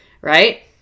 right